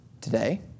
today